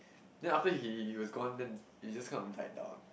then after he was gone then it just kind of died down